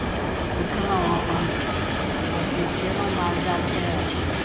उठलहुँ अपन सभकिछु कयलहुँ माल जालकेँ